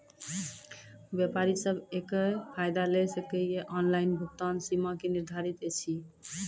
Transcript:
व्यापारी सब एकरऽ फायदा ले सकै ये? ऑनलाइन भुगतानक सीमा की निर्धारित ऐछि?